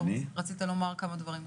רצית לומר כמה דברים.